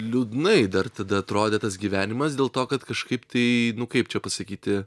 liūdnai dar tada atrodė tas gyvenimas dėl to kad kažkaip tai kaip čia pasakyti